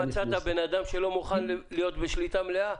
מצאת בן אדם שלא מוכן להיות בשליטה מלאה?